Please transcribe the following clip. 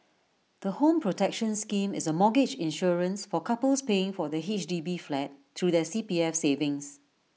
the home protection scheme is A mortgage insurance for couples paying for their H D B flat through their C P F savings